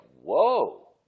whoa